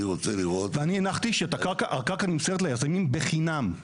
אני רוצה לראות --- ואני הנחתי שהקרקע נמסרת ליזמים בחינם.